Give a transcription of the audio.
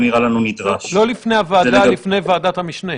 בפני ועדת המשנה,